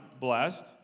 blessed